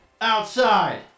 Outside